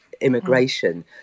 immigration